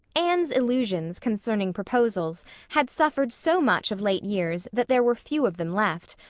anne's illusions concerning proposals had suffered so much of late years that there were few of them left.